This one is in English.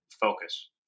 focus